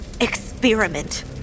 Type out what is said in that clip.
experiment